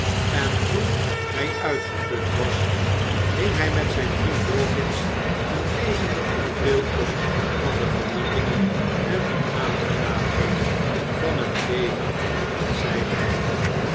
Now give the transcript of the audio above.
en toen hij uitgeput was hing hij met zijn vriend dawkins een levendig tafereel op van de genietingen en aangenaamheden van het leven dat zij leidden